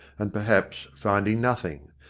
and, perhaps, finding nothing.